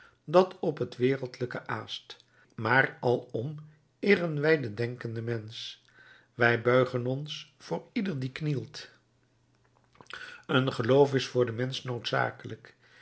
dat op het wereldlijke aast maar alom eeren wij den denkenden mensch wij buigen ons voor ieder die knielt een geloof is voor den mensch noodzakelijk